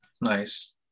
Nice